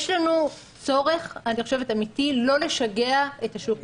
יש לנו צורך, אני חושבת, אמיתי לא לשגע את השוק.